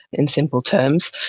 in simple terms.